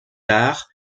tard